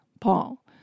Paul